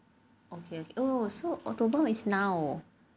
oh so october is now